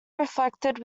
reflected